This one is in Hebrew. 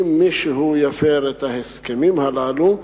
אם מישהו יפר את ההסכמים הללו,